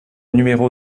numéro